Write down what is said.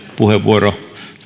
puheenvuoro